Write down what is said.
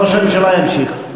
ראש הממשלה ימשיך.